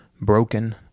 Broken